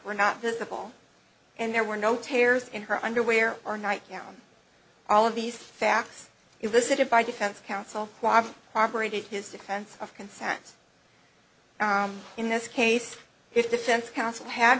were not visible and there were no tears in her underwear or night gown all of these facts it was sitting by defense counsel cooperated his defense of consent in this case if defense counsel had